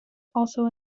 also